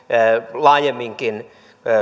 laajemminkin